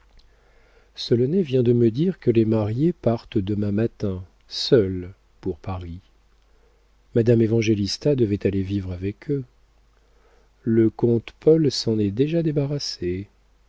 environnait l'autel solonet vient de me dire que les mariés partent demain matin seuls pour paris madame évangélista devait aller vivre avec eux le comte paul s'en est déjà débarrassé